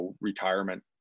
retirement